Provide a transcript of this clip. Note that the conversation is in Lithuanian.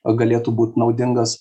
galėtų būt naudingas